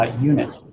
unit